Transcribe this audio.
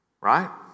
right